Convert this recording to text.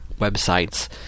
websites